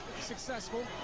successful